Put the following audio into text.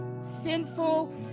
sinful